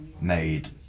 made